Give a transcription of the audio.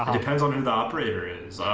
um depends on who the operator is.